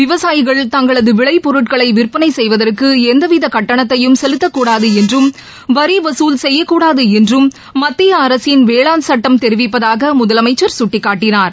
விவசாயிகள் தங்களது விளைப் பொருட்களை விற்பனை செய்வதற்கு எந்தவித கட்டணத்தையும் செலுத்தக்கூடாது என்றும் வரி வகுல் செய்யக்கூடாது என்றும் மத்திய அரசின் வேளாண் சட்டம் தெரிவிப்பதாக முதலமைச்சர் கட்டிக்காட்டினார்